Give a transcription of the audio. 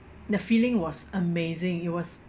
the feeling was amazing it was